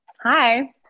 Hi